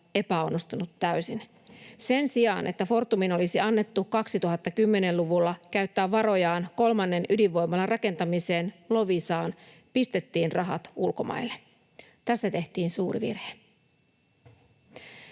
epäonnistunut täysin. Sen sijaan, että Fortumin olisi annettu 2010-luvulla käyttää varojaan kolmannen ydinvoimalan rakentamiseen Loviisaan, pistettiin rahat ulkomaille. Tässä tehtiin suuri virhe.